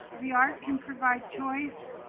the art can provide choice,